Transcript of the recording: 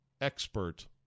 expert